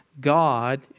God